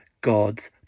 God's